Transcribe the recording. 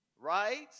Right